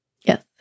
Yes